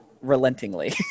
Relentingly